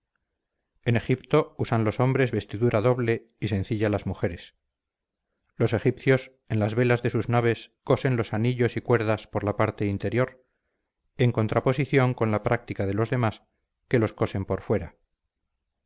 en egipto usan los hombres vestidura doble y sencilla las mujeres los egipcios en las velas de sus naves cosen los anillos y cuerdas por la parte interior en contraposición con la práctica de los demás que los cosen por fuera